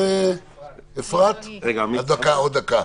בעוד דקה.